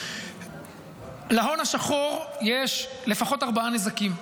להון השחור יש לפחות ארבעה נזקים.